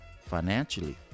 financially